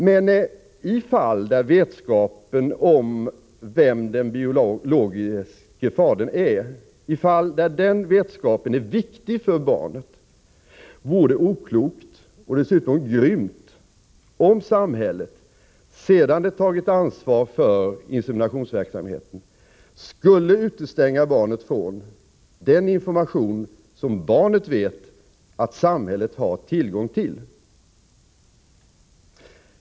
Men i fall där vetskapen om vem den biologiske fadern är är viktig för barnet vore det oklokt, och dessutom grymt, om samhället, sedan det tagit ansvar för inseminationsverksamheten, skulle utestänga barnet från den information som barnet vet att samhället har tillgång till.